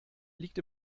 liegt